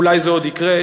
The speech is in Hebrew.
אולי זה עוד יקרה,